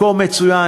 מקום מצוין,